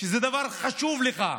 שזה דבר חשוב לך.